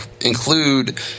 include